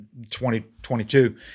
2022